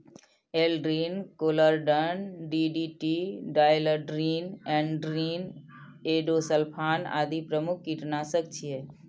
Aldrin, chlordane, DDT, dieldrin, endrin, endosulfan आदि प्रमुख कीटनाशक छियै